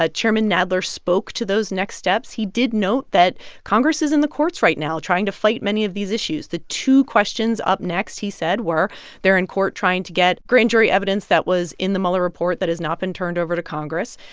ah chairman nadler spoke to those next steps. he did note that congress is in the courts right now trying to fight many of these issues. the two questions up next, he said, were they're in court trying to get grand jury evidence that was in the mueller report that has not been turned over to congress,